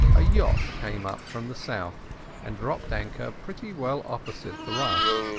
a yacht came up from the south and dropped anchor pretty well opposite the ruff.